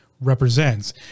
represents